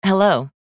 Hello